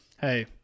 Hey